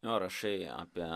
rašai apie